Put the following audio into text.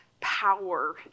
power